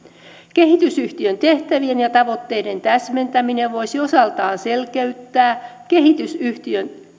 kehitysyhtiön tehtävien ja tavoitteiden täsmentäminen voisi osaltaan selkeyttää kehitysyhtiön